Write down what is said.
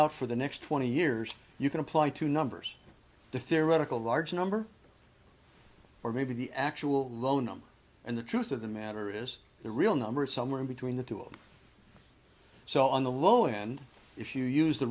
out for the next twenty years you can apply two numbers the theoretical large number or maybe the actual low number and the truth of the matter is the real number of somewhere in between the two and so on the low end if you use the